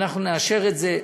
אנחנו נאשר את זה.